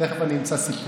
תכף אני אמצא סיפור.